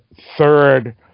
third